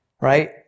right